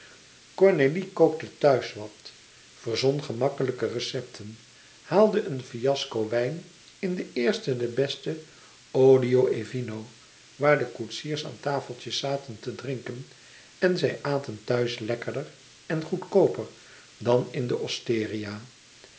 cornélie kookte thuis wat verzon gemakkelijke recepten haalde een fiasco wijn in de eerste de beste olio e vino waar de koetsiers aan tafeltjes zat en te drinken en zij aten thuis lekkerder en goedkooper dan in de osteria